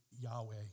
Yahweh